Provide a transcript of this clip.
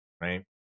right